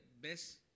best